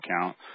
account